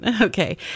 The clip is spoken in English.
Okay